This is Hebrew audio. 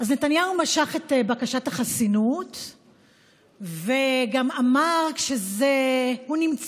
נתניהו משך את בקשת החסינות וגם אמר שהוא נמצא